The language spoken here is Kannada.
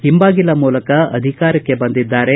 ಹಿಂಬಾಗಿಲ ಮೂಲಕ ಅಧಿಕಾರಕ್ಕೆ ಬಂದಿದ್ದಾರೆ